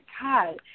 God